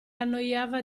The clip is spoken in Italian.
annoiava